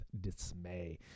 dismay